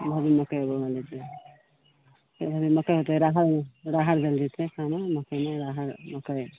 भदही मकै बुनल जेतै मकै होयतै राहड़ राहड़ देल जेतै ओकरामे मकैमे राहड़ मकै